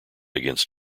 against